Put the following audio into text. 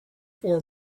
for